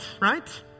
right